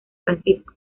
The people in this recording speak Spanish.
francisco